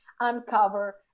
uncover